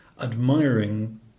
admiring